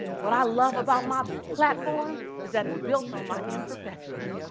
what i love about my platform is that it's built on my imperfections,